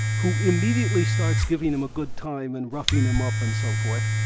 who immediately starts giving him a good time and roughing him up and so forth.